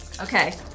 Okay